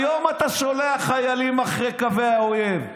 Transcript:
היום אתה שולח חיילים מאחורי קווי האויב,